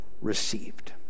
received